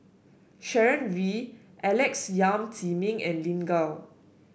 Sharon Wee Alex Yam Ziming and Lin Gao